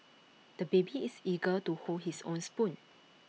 the baby is eager to hold his own spoon